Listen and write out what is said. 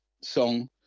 song